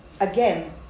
again